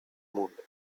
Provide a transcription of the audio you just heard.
mundo